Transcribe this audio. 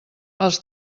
els